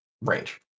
range